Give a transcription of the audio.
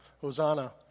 Hosanna